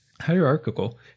Hierarchical